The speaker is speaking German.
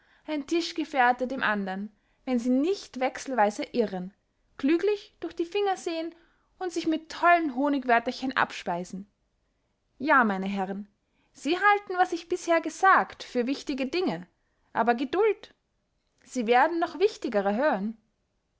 ein tischgefehrte dem andern wenn sie nicht wechselweise irren klüglich durch die finger sehen und sich mit tollen honigwörterchen abspeisen ja meine herren sie halten was ich bisher gesagt für wichtige dinge aber geduld sie werden noch wichtigere hören